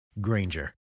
Granger